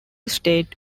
state